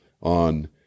on-